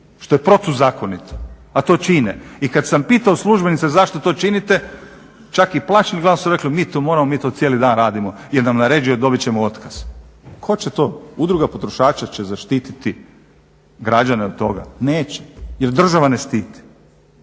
što je protuzakonito, a to čine i kad sam pitao službenice zašto to činite, čak i … mi to moramo mi to cijeli dan radimo jer nam naređuje dobit ćemo otkaz. Tko će to? Udruga potrošača će zaštiti građane od toga, neće jer država ne štiti.